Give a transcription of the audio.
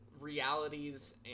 realities